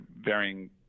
varying